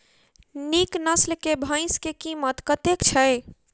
नीक नस्ल केँ भैंस केँ कीमत कतेक छै?